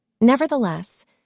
Nevertheless